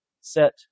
set